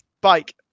bike